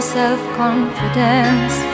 self-confidence